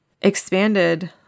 expanded